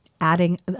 adding